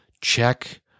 check